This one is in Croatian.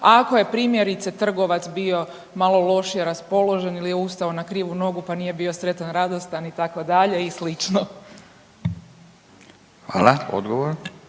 ako je primjerice trgovat bio malo lošije raspoložen ili je ustao na krivu nogu pa nije bio sretan, radostan itd. i sl.? **Radin,